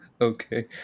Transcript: Okay